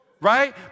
Right